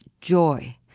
joy